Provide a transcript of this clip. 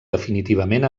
definitivament